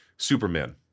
Superman